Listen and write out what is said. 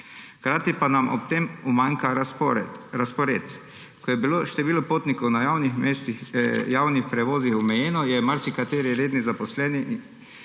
Hkrati pa nam ob tem umanjka razpored. Ko je bilo število potnikov na javnih prevozih omejeno, je marsikateri redni zaposleni